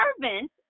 servant